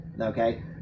Okay